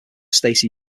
stacey